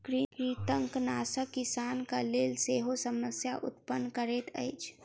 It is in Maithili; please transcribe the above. कृंतकनाशक किसानक लेल सेहो समस्या उत्पन्न करैत अछि